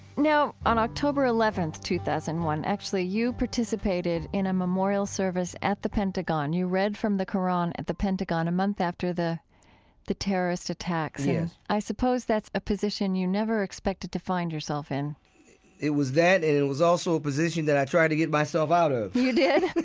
now, on october eleventh, two thousand and one, actually, you participated in a memorial service at the pentagon. you read from the qur'an at the pentagon a month after the the terrorist attacks. and yeah i suppose that's a position you never expected to find yourself in it was that, and it was also a position that i tried to get myself out of you did?